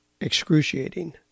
excruciating